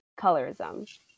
colorism